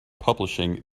publishing